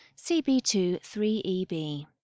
CB23EB